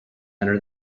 enter